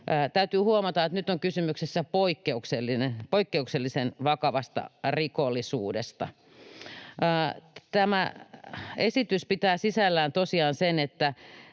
Täytyy huomata, että nyt on kyse poikkeuksellisen vakavasta rikollisuudesta. Tämä esitys pitää sisällään tosiaan sen, että